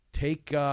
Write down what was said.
Take